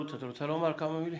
רות, את רוצה לומר כמה מילים?